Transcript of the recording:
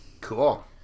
Cool